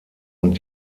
und